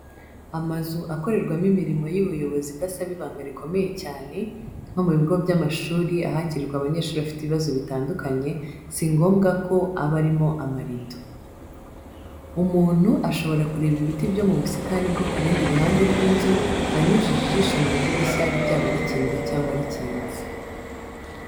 Amazu akorerwamo imirimo y'ubuyobozi idasaba ibanga rikomeye cyane, nko mu bigo by'amashuri ahakirirwa abanyeshuri bafite ibibazo bitandukanye, si ngombwa ko aba arimo amarido. Umuntu ashobora kureba ibiti byo mu busitani bwo ku rundi ruhande rw'inzu, anyujije ijisho mu idirishya ryaba rikinguye cyangwa rikinze.